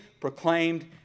proclaimed